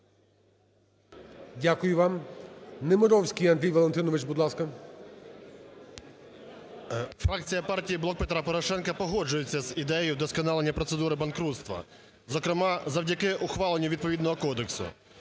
Дякую вам. Немировський Андрій Валентинович, будь ласка. 16:12:11 НЕМИРОВСЬКИЙ А.В. Фракція партії "Блок Петра Порошенка" погоджується з ідеєю вдосконалення процедури банкрутства, зокрема завдяки ухваленню відповідного кодексу.